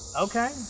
Okay